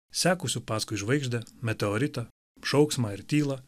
sekusių paskui žvaigždę meteoritą šauksmą ir tylą